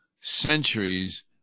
centuries